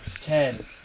Ten